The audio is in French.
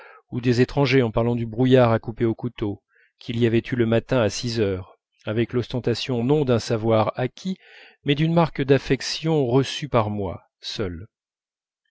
ou des étrangers en parlant du brouillard à couper au couteau qu'il y avait eu le matin à six heures avec l'ostentation non d'un savoir acquis mais d'une marque d'affection reçue par moi seul